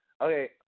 okay –